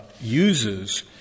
uses